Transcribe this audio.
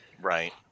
Right